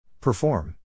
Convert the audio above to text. Perform